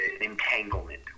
entanglement